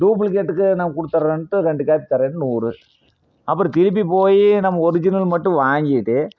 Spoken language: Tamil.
டூப்புலிகேட்டுக்கு நான் கொடுத்துட்றண்டு ரெண்டு காப்பி தரேன் நூறு அப்புறோம் திருப்பி போயி நம்ம ஒரிஜினல் மட்டும் வாங்கிகிட்டு